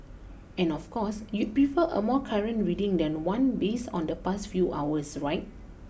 and of course you'd prefer a more current reading than one based on the past few hours right